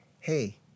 hey